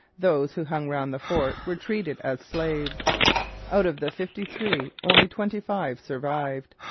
those who hung round the fort were treated as slaves out of the fifty-three only twenty-five survived.